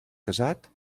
casat